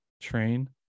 train